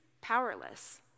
powerless